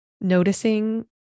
noticing